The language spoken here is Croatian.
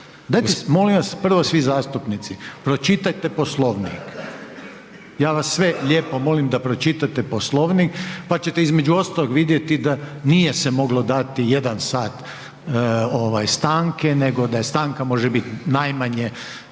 Dajte molim vas, prvo svi zastupnici, pročitajte Poslovnik, ja vas sve lijepo molim da pročitate Poslovnik pa ćete između ostaloga vidjeti da nije se moglo dati jedan sat stanke, nego da stanka može biti najmanje